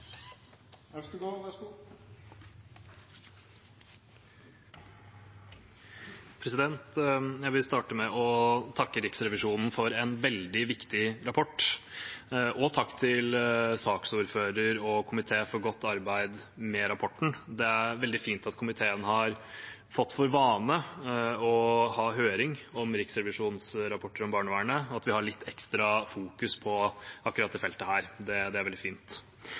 Jeg vil starte med å takke Riksrevisjonen for en veldig viktig rapport og takke saksordføreren og komiteen for godt arbeid med rapporten. Det er veldig fint at komiteen har fått for vane å ha høring om Riksrevisjonens rapporter om barnevernet, at vi fokuserer litt ekstra på akkurat dette feltet. Det er veldig fint.